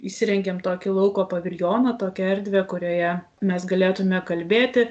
įsirengėm tokį lauko paviljoną tokią erdvę kurioje mes galėtume kalbėti